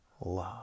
love